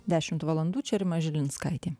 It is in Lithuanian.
dešimt valandų čia rima žilinskaitė